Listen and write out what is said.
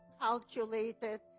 calculated